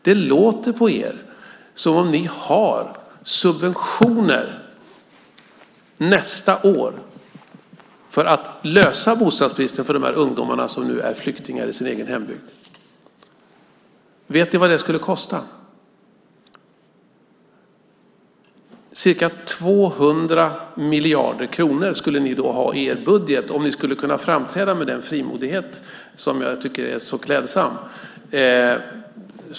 Det låter på er som om ni har subventioner nästa år för att lösa bostadsbristen för de ungdomar som nu är flyktingar i sin egen hembygd. Vet ni vad det skulle kosta? Ca 200 miljarder kronor skulle ni ha i er budget om ni skulle kunna framträda med den frimodighet som jag tycker är så klädsam.